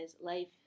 life